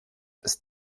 ist